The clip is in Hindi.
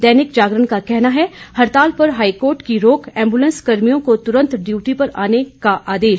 दैनिक जागरण का कहना है हड़ताल पर हाईकोर्ट की रोक एंबुलेंस कर्मियों को तुरंत डयूटी पर आने का आदेश